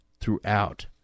throughout